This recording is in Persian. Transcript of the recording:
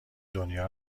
دنیا